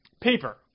paper